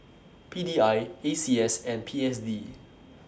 P D I A C S and P S D